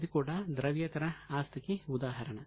అది కూడా ద్రవ్యేతర ఆస్తికి ఉదాహరణ